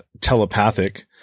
telepathic